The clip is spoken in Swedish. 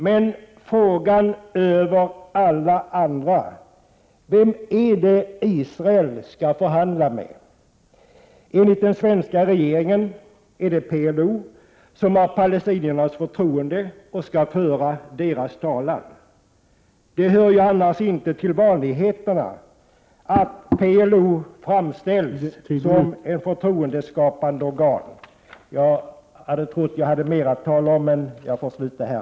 Men frågan över alla andra är: Vem är det Israel skall förhandla med? Enligt den svenska regeringen är det PLO, som har palestiniernas förtroende och skall föra deras talan. Det hör annars inte till vanligheterna att PLO framställs som ett förtroendeskapande organ.